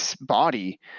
body